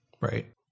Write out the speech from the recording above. Right